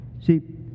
See